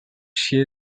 she